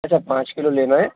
अच्छा पाँच किलो लेना है